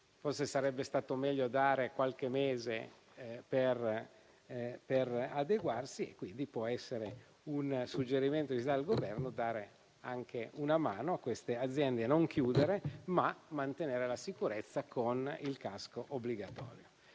forse sarebbe stato meglio dare qualche mese per adeguarsi. E, quindi, può essere un suggerimento per il Governo quello di dare anche una mano a queste aziende a non chiudere, mantenendo però la sicurezza con il casco obbligatorio.